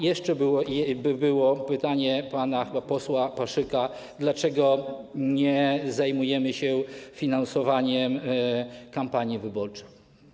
Jeszcze było pytanie pana posła Paszyka, dlaczego nie zajmujemy się finansowaniem kampanii wyborczej.